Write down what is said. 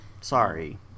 sorry